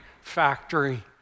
factory